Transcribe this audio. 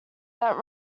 that